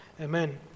Amen